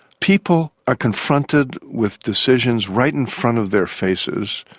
people are confronted with decisions right in front of their faces.